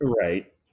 right